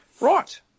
Right